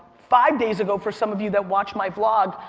five days ago for some of you that watched my vlog.